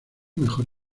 mejor